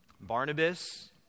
Barnabas